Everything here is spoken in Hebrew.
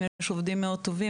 יש עובדים מאוד טובים.